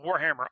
Warhammer